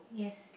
yes